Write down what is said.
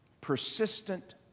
persistent